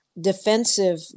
defensive